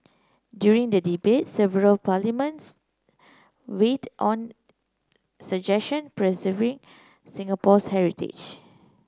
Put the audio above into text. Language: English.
during the debate several parliaments weighed on suggestion preserving Singapore's heritage